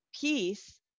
peace